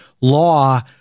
law